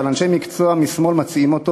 אבל אנשי מקצוע משמאל מציעים אותו,